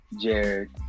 Jared